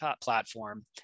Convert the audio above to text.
platform